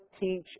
teach